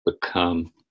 become